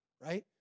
Right